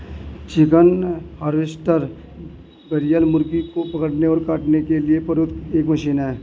chicken harvester broiler मुर्गों को पकड़ने और काटने के लिए प्रयुक्त एक मशीन है